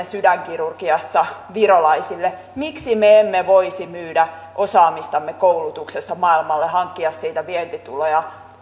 sydänkirurgiassa virolaisille miksi me emme voisi myydä osaamistamme koulutuksessa maailmalle ja hankkia siitä vientituloja